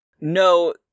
No